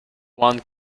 one